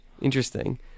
Interesting